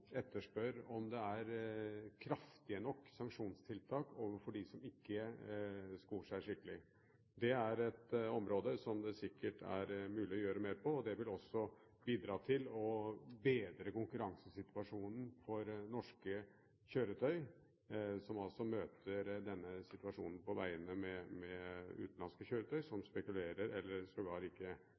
om det er kraftige nok sanksjonstiltak overfor dem som ikke skor seg skikkelig. Det er et område som det sikkert er mulig å gjøre mer på. Det vil også bidra til å bedre konkurransesituasjonen for norske kjøretøy, som altså møter denne situasjonen på vegene: utenlandske kjøretøy som